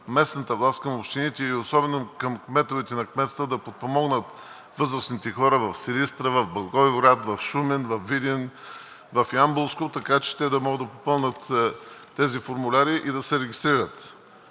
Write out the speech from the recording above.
местната власт, към общините, и особено към кметовете на кметства, да подпомогнат възрастните хора в Силистра, в Благоевград, в Шумен, във Видин, в Ямболско, така че те да могат да попълнят тези формуляри и да се регистрират.